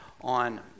on